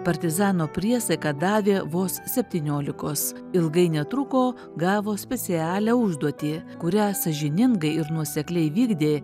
partizano priesaiką davė vos septyniolikos ilgai netruko gavo specialią užduotį kurią sąžiningai ir nuosekliai vykdė